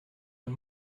and